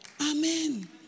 Amen